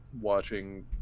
watching